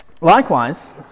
likewise